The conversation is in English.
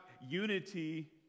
unity